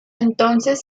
entonces